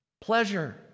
Pleasure